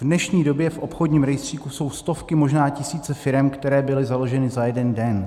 V dnešní době v obchodním rejstříku jsou stovky, možná tisíce firem, které byly založeny za jeden den.